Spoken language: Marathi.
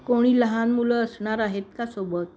कोणी लहान मुलं असणार आहेत का सोबत